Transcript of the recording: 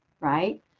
right